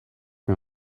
mir